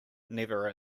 never